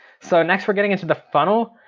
so next we're getting into the funnel.